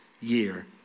year